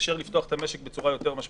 ואפשר יהיה לפתוח את המשק בצורה יותר משמעותית.